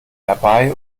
herbei